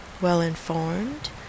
well-informed